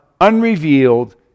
unrevealed